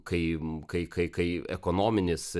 kai kai kai kai ekonominis